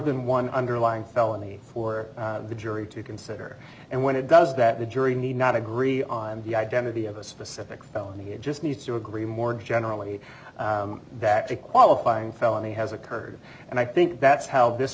than one underlying felony for the jury to consider and when it does that a jury need not agree on the identity of a specific felony it just needs to agree more generally that a qualifying felony has occurred and i think that's how this